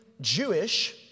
Jewish